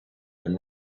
and